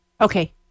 Okay